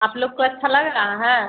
आप लोग को अच्छा लग रहा है